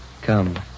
Come